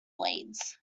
blades